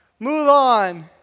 Mulan